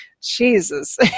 jesus